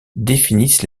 définissent